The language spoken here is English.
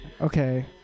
okay